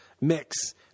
mix